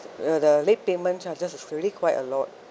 uh the late payment charges are really quite a lot